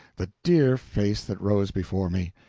the dear face that rose before me!